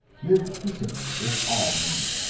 live peaceably with all men.